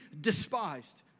despised